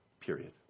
Period